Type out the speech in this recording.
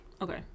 Okay